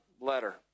letter